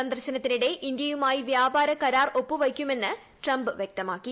സന്ദർശനത്തിനിടെ ഇന്തൃയുമായി വൃാപാര കരാർ ഒപ്പുവയ്ക്കുമെന്ന് ട്രംപ് പറഞ്ഞു